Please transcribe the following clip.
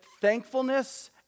thankfulness